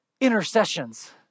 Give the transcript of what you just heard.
intercessions